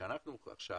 שאנחנו עכשיו